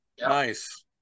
Nice